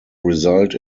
result